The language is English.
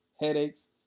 headaches